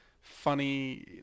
funny